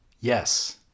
Yes